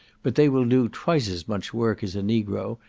but they will do twice as much work as a negro,